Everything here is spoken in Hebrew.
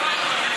יש לו בעיה,